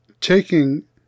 taking